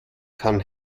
kann